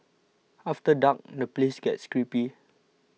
after dark the place gets creepy